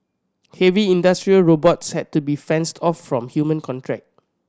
heavy industrial robots had to be fenced off from human contract